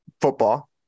football